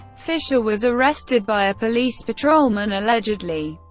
fischer was arrested by a police patrolman, allegedly,